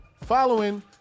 following